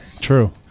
true